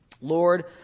Lord